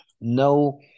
no